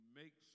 make